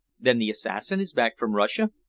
then the assassin is back from russia?